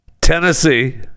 Tennessee